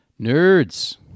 Nerds